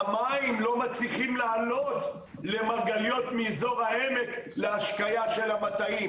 המים לא מצליחים לעלות למרגליות מאזור העמק להשקיה של המטעים,